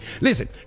Listen